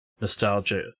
nostalgia